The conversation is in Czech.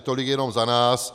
Tolik jenom za nás.